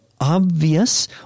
obvious